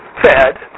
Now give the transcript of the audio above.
fed